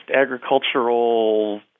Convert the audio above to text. agricultural